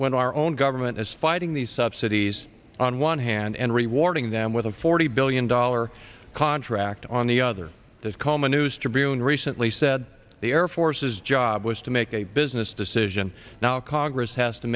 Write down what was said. when our own government is fighting these subsidies on one hand and rewarding them with a forty billion dollar contract on the other this coma news tribune recently said the air force's job was to make a business decision now congress has to